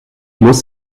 muss